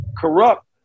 Corrupt